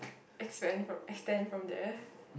expand from extend from the